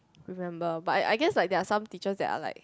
remember but I I guess like there are some teacher that are like